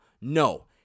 No